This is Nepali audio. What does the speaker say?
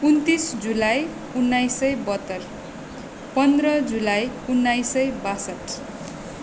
उन्तिस जुलाई उन्नाइस सय बहत्तर पन्ध्र जुलाई उन्नाइस सय ब्यासठ